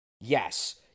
Yes